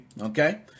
Okay